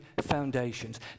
foundations